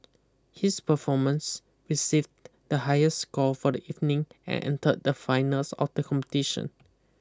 his performance received the highest score for the evening and entered the finals of the competition